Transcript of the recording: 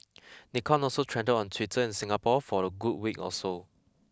Nikon also trended on Twitter in Singapore for a good week or so